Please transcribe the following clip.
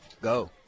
go